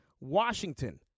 Washington